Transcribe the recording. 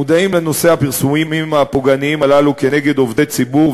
מודעים לנושא הפרסומים הפוגעניים הללו נגד עובדי ציבור,